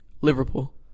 Liverpool